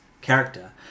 character